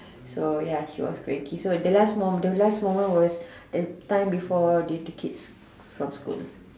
so ya she was cranky the last moment the last moment was the time before the kids from school